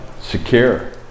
secure